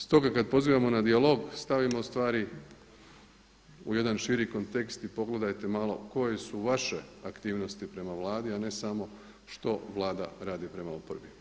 Stoga kad pozivamo na dijalog stavimo u stvari u jedan širi kontekst i pogledajte malo koje su vaše aktivnosti prema Vladi, a ne samo što Vlada radi prema oporbi.